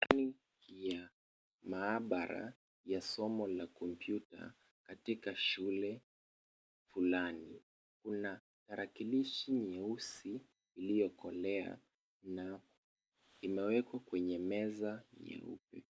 Picha hii ni ya maabara ya somo la kompyuta katika shule fulani. Kuna tarakilishi nyeusi iliyokolea na imewekwa kwenye meza nyeupe.